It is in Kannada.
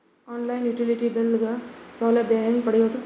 ಆನ್ ಲೈನ್ ಯುಟಿಲಿಟಿ ಬಿಲ್ ಗ ಸೌಲಭ್ಯ ಹೇಂಗ ಪಡೆಯೋದು?